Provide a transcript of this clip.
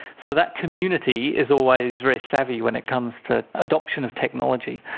so that community is always very savvy when it comes to adoption of technology.